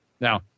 Now